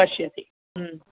पश्यति